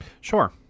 sure